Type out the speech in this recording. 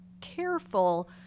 careful